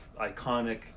iconic